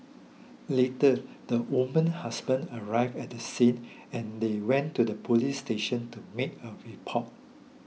later the woman husband arrived at the scene and they went to the police station to make a report